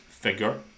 figure